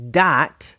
dot